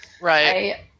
right